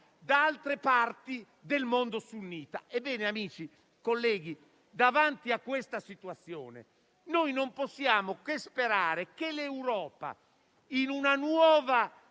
da altre parti del mondo sunnita. Ebbene, colleghi, davanti a questa situazione non possiamo che sperare che l'Europa, in una nuova